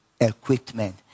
equipment